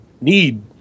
need